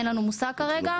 אין לנו מושג כרגע.